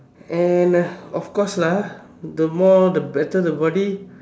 and of course lah the more the better the body